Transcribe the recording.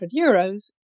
euros